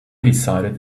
decided